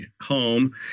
home